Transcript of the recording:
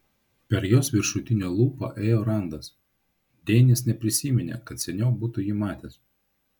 per jos viršutinę lūpą ėjo randas denis neprisiminė kad seniau būtų jį matęs